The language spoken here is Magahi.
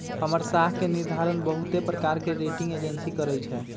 हमर साख के निर्धारण बहुते प्रकार के रेटिंग एजेंसी करइ छै